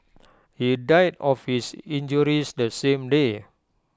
he died of his injuries the same day